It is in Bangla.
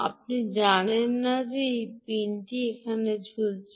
আপনি জানেন যে এই পিনটি এখানে ঝুলছে